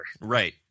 Right